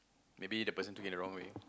maybe the person took it the wrong way